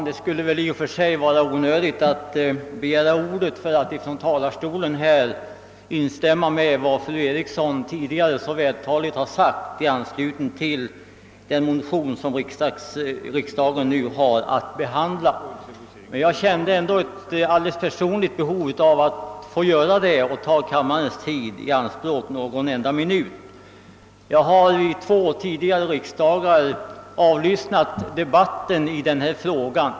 Det skulle väl i och för sig vara onödigt att begära ordet för att från denna talarstol instämma i vad fru Eriksson så vältaligt sagt i anslutning till den motion riksdagen nu har att behandla. Jag kände ändå ett alldeles personligt behov av att göra det och ta kammarens tid i anspråk någon enda minut. Jag har under två tidigare riksdagar avlyssnat debatten i denna fråga.